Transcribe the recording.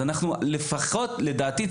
לדעתי,